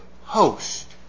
host